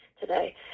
today